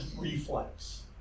reflex